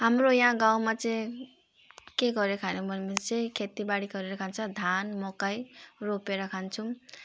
हाम्रो यहाँ गाउँमा चाहिँ के गरेर खानु भन्नु चाहिँ खेतीबारी गरेर खान्छ धान मकै रोपेर खान्छौँ